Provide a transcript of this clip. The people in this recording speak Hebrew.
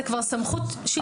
זאת כבר סמכות שלטונית.